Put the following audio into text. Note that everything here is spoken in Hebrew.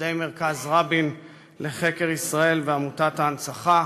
עובדי מרכז רבין לחקר ישראל ועמותת ההנצחה,